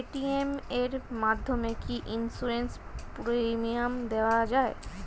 Paytm এর মাধ্যমে কি ইন্সুরেন্স প্রিমিয়াম দেওয়া যায়?